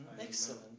Excellent